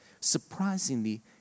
surprisingly